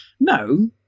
No